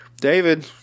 David